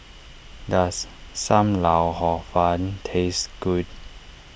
does Sam Lau Hor Fun taste good